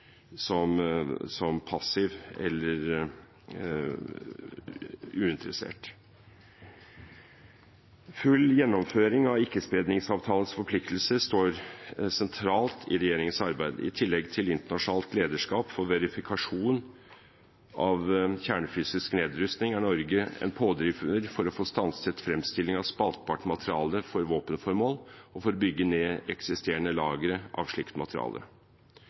som passiv eller uinteressert. Full gjennomføring av ikkespredningsavtalens forpliktelser står sentralt i regjeringens arbeid. I tillegg til internasjonalt lederskap for verifikasjon av kjernefysisk nedrustning er Norge en pådriver for å få stanset fremstilling av spaltbart materiale for våpenformål og for å bygge ned eksisterende lagre av slikt materiale.